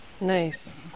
Nice